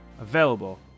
available